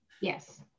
Yes